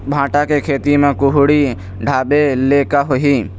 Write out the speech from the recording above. भांटा के खेती म कुहड़ी ढाबे ले का होही?